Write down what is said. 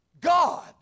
God